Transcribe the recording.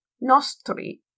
Nostri